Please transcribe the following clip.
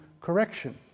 correction